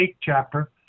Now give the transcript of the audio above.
chapter